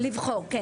כן.